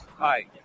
Hi